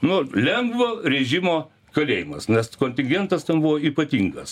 nu lengvo režimo kalėjimas nes kontingentas buvo ypatingas